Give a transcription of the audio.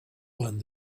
learned